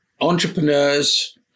entrepreneurs –